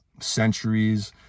centuries